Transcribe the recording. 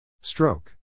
Stroke